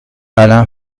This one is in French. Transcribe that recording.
alain